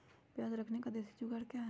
प्याज रखने का देसी जुगाड़ क्या है?